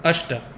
अष्ट